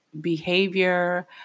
behavior